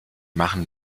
machen